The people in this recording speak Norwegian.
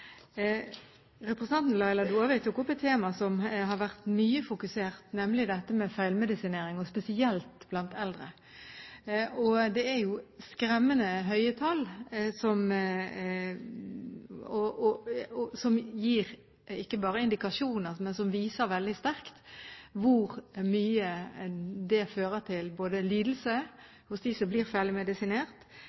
Representanten Laila Dåvøy tok opp et tema som har vært mye fokusert, nemlig dette med feilmedisinering spesielt blant eldre. Det er jo skremmende høye tall som ikke bare gir indikasjoner, men som viser veldig sterkt hvor mye det fører til av både lidelser hos dem som blir